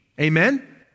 Amen